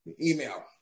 email